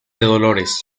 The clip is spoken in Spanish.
dolores